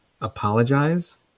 apologize